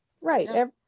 Right